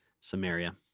Samaria